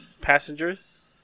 Passengers